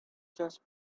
just